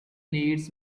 needs